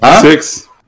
six